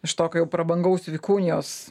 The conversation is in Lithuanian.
iš tokio jau prabangaus vikunijos